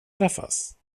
träffas